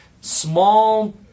small